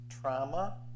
trauma